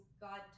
god